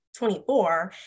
24